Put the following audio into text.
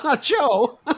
Joe